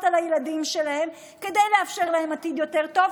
על הילדים שלהם כדי לאפשר להם עתיד יותר טוב.